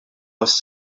għas